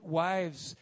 wives